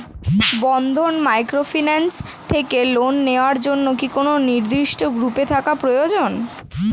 বন্ধন microfinance থেকে loan নেওয়ার জন্য কি কোন নির্দিষ্ট গ্রুপে থাকা প্রয়োজন?